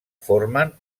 formen